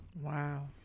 Wow